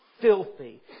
filthy